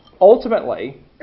ultimately